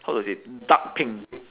how to say dark pink